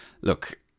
look